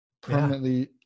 permanently